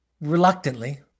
reluctantly